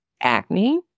acne